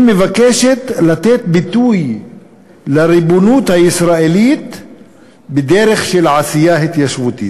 היא מבקשת לתת ביטוי לריבונות הישראלית בדרך של עשייה התיישבותית.